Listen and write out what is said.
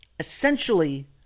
Essentially